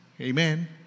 Amen